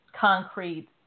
concrete